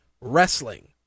wrestling